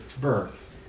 birth